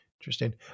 Interesting